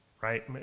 right